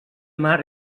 mar